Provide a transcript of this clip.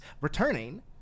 Returning